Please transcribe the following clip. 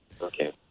Okay